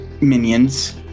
minions